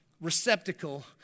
receptacle